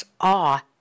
awe